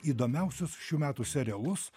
įdomiausius šių metų serialus